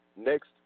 next